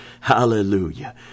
hallelujah